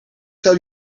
zou